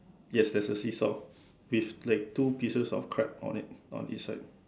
yes there's a seesaw these like two pieces of crab on it on each side